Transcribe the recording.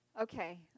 Okay